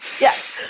Yes